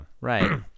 right